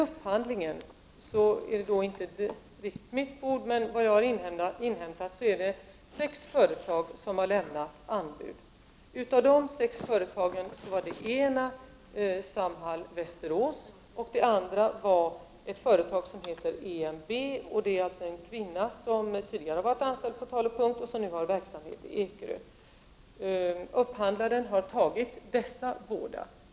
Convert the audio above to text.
Upphandlingar faller inte under mitt ansvarsområde, men efter vad jag har inhämtat har sex företag lämnat anbud. Utav dessa sex har upphandlarna antagit anbud från Samhall i Västerås och EMB. Det sistnämnda företaget drivs av en kvinna, som tidigare har varit anställd på Tal & Punkt men som nu har sin verksamhet på Ekerö.